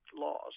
laws